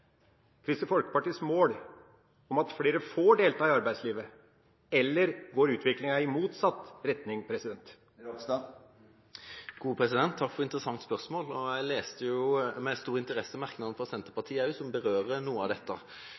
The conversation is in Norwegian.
Kristelig Folkepartis mål om at flere får delta i arbeidslivet, eller går utviklinga i motsatt retning? Takk for et interessant spørsmål. Jeg leste med stor interesse merknaden fra Senterpartiet som berører noe av dette.